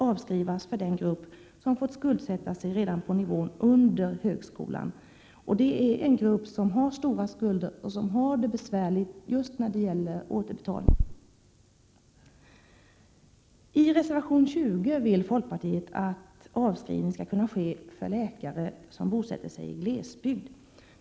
avskrivas för den grupp som fått skuldsätta sig redan på nivån under högskolan. Det är en grupp som har stora skulder och som har det besvärligt just när det gäller återbetalningar. I reservation 20 föreslår folkpartiet att avskrivning skall kunna ske för lärare som bosätter sig i glesbygd.